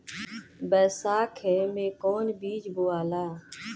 बैसाख मे कौन चीज बोवाला?